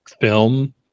film